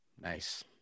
Nice